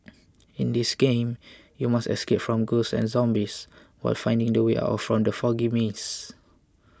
in this game you must escape from ghosts and zombies while finding the way out from the foggy maze